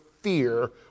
fear